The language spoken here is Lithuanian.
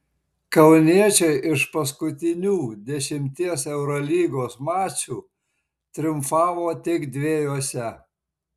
kauniečiai iš paskutinių dešimties eurolygos mačų triumfavo tik dviejuose